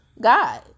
God